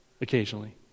Occasionally